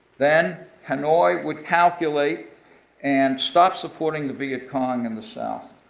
then hanoi would calculate and stop supporting the vietcong in the south.